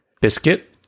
Biscuit